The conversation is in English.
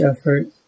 effort